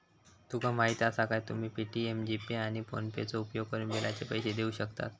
तुका माहीती आसा काय, तुम्ही पे.टी.एम, जी.पे, आणि फोनेपेचो उपयोगकरून बिलाचे पैसे देऊ शकतास